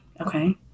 okay